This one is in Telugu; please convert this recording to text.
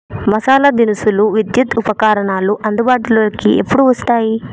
మసాలా దినుసులు విద్యుత్ ఉపకరణాలు అందుబాటులోకి ఎప్పుడు వస్తాయి